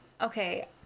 okay